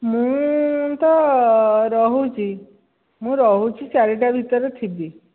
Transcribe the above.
ମୁଁ ତ ରହୁଛି ମୁଁ ରହୁଛି ଚାରିଟା ଭିତରେ ଥିବି